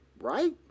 Right